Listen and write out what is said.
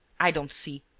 i don't see.